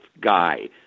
guy